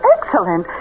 Excellent